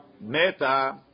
meta